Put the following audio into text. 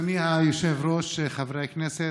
אדוני היושב-ראש, חברי הכנסת,